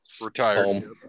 retired